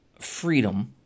freedom